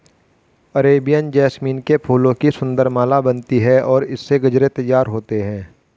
Arabian jasmine के फूलों की सुंदर माला बनती है और इससे गजरे तैयार होते हैं